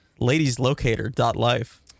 Ladieslocator.life